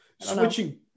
switching